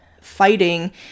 fighting